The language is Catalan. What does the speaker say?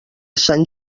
sant